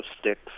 sticks